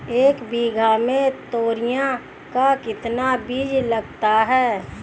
एक बीघा में तोरियां का कितना बीज लगता है?